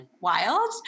wild